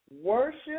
worship